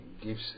gives